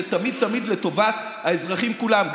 זה תמיד תמיד לטובת האזרחים כולם,